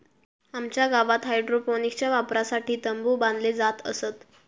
आमच्या गावात हायड्रोपोनिक्सच्या वापरासाठी तंबु बांधले जात असत